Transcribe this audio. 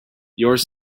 yours